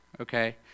okay